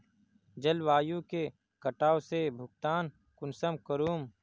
जलवायु के कटाव से भुगतान कुंसम करूम?